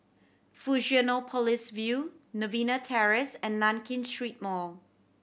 Fusionopolis View Novena Terrace and Nankin Street Mall